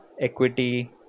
equity